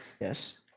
Yes